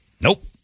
Nope